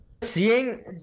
Seeing